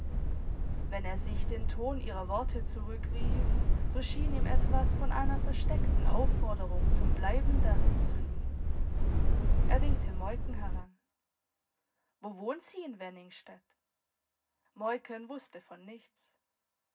wenn er sich den ton ihrer worte zurückrief so schien ihm etwas von einer versteckten aufforderung zum bleiben darin zu liegen er winkte moiken heran wo wohnt sie in wenningstedt moiken wusste von nichts